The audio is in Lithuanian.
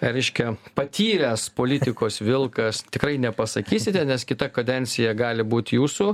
reiškia patyręs politikos vilkas tikrai nepasakysite nes kita kadencija gali būt jūsų